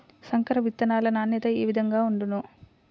సంకర విత్తనాల నాణ్యత ఏ విధముగా ఉండును?